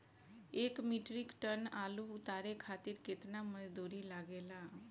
एक metric tonne आलू उतारे खातिर केतना मजदूरी लागेला?